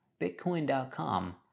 bitcoin.com